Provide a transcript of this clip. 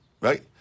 right